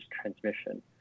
transmission